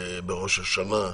בראש השנה.